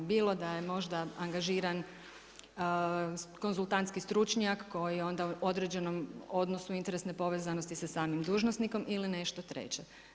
Bilo da je možda angažiran konzultantski stručnjak koji je onda u određenom odnosu interesne povezanosti sa samim dužnosnikom ili nešto treće.